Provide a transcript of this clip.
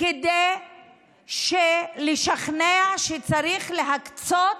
כדי לשכנע שצריך להקצות